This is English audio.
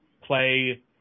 play